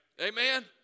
Amen